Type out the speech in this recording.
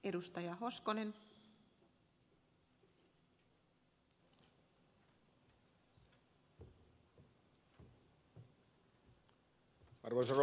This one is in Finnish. arvoisa rouva puhemies